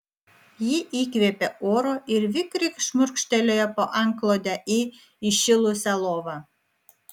ji įkvėpė oro ir vikriai šmurkštelėjo po antklode į įšilusią lovą